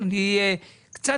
אני רוצה